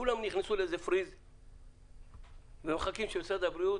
כולם נכנסו לאיזה קיפאון ומחכים שמשרד הבריאות